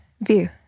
View